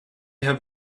have